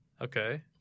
Okay